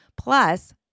plus